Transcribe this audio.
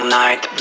night